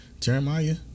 Jeremiah